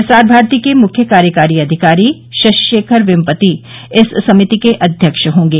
प्रसार भारती के मुख्य कार्यकारी अधिकारी शशि शेखर वेंपटी इस समिति के अध्यक्ष होंगे